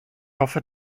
hoffe